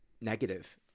negative